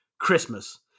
Christmas